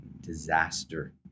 disaster